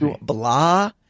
blah